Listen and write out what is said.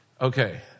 okay